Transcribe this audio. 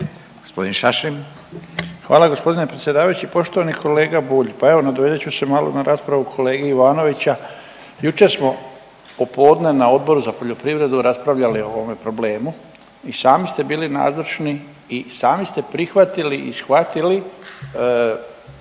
Stipan (HDZ)** Hvala gospodine predsjedavajući. Poštovani kolega Bulj, pa evo nadovezat ću se malo na raspravu kolege Ivanovića, jučer smo popodne na Odboru za poljoprivredu raspravljali o ovome problemu i sami ste bili nazočni i sami ste prihvatili i shvatili